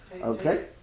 Okay